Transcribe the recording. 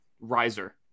riser